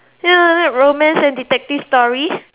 ya romance and detective story